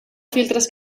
filtres